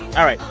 all right.